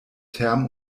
term